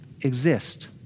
exist